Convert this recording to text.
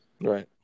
Right